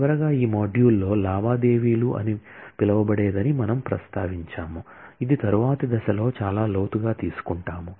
చివరగా ఈ మాడ్యూల్లో లావాదేవీలు అని పిలువబడేదని మనము ప్రస్తావించాము ఇది తరువాతి దశలో చాలా లోతుగా తీసుకుంటాము